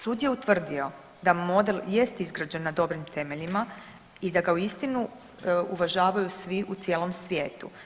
Sud je utvrdio da model jest izgrađen na dobrim temeljima i da ga uistinu uvažavaju svi u cijelom svijetu.